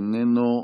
איננו,